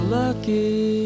lucky